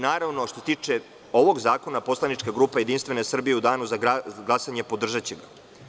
Naravno, što se tiče ovog zakona, poslanička grupa Jedinstvena Srbije u danu za glasanje podržaće.